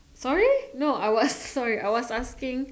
sorry no I was sorry I was asking